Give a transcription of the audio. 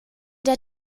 der